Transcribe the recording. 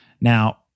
Now